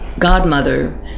godmother